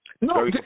no